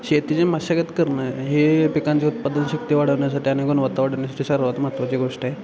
शेतीची मशागत करणं हे पिकांचे उत्पादनशक्ती वाढवण्यासाठी आणि गुणवत्ता वाढवण्यासाठी सर्वात महत्त्वाची गोष्ट आहे